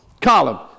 column